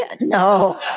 No